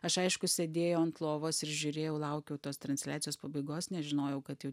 aš aišku sėdėjau ant lovos ir žiūrėjau laukiau tos transliacijos pabaigos nes žinojau kad jau